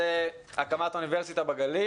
התכנסנו לנושא מאוד חשוב והוא הקמת אוניברסיטה בגליל.